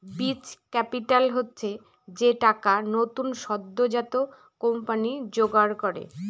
বীজ ক্যাপিটাল হচ্ছে যে টাকা নতুন সদ্যোজাত কোম্পানি জোগাড় করে